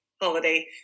holiday